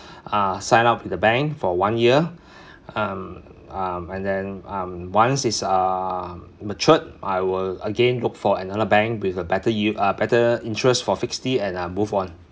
uh sign up with the bank for one year um um and then um once is uh matured I will again look for another bank with a better yield uh better interest for fixed D and move on